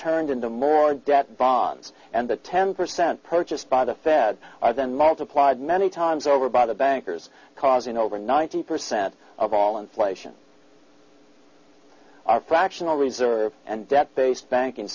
turned into more debt bonds and the ten percent purchased by the fed are then multiplied many times over by the bankers causing over ninety percent of all inflation our fractional reserve and debt based banking